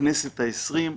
בכנסת העשרים.